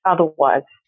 Otherwise